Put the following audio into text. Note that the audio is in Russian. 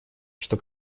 что